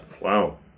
Wow